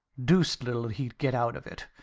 deuced little he'd get out of it,